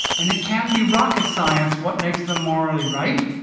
and it can't be rocket science what makes them morally right.